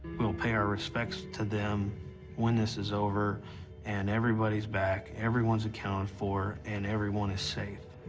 we'll pay our respects to them when this is over and everybody's back, everyone's accounted for, and everyone is safe.